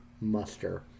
muster